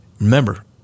Remember